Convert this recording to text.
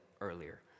earlier